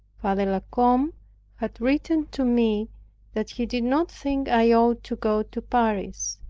father la combe had written to me that he did not think i ought to go to paris.